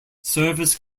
service